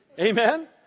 Amen